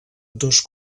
dos